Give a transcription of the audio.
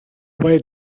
where